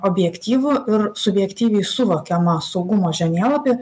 objektyvu ir subjektyviai suvokiamą saugumo žemėlapį